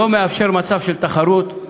לא מאפשר מצב של תחרות,